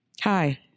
Hi